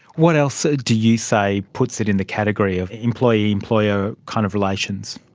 what else ah do you say puts it in the category of employee employer kind of relations?